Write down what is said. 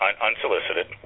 unsolicited